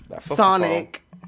Sonic